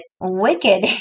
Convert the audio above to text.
wicked